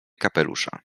kapelusza